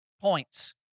points